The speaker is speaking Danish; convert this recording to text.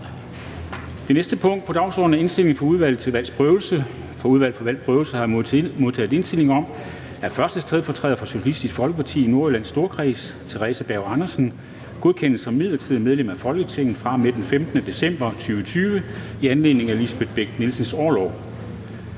(EL). Kl. 13:31 Forhandling Formanden (Henrik Dam Kristensen): Fra Udvalget til Valgs Prøvelse har jeg modtaget indstilling om, at 1. stedfortræder for Socialistisk Folkeparti i Nordjyllands Storkreds, Theresa Berg Andersen, godkendes som midlertidigt medlem af Folketinget fra og med den 15. december 2020 i anledning af Lisbeth Bech-Nielsens orlov.